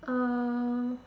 uh